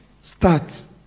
starts